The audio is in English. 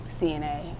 CNA